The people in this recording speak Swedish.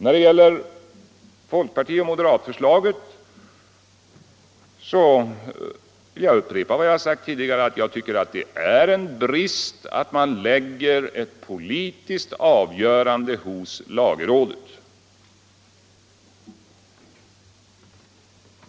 När det gäller folkpartioch moderatförslaget vill jag också upprepa vad jag har sagt tidigare: Det är en brist om man lägger ett politiskt avgörande hos lagrådet.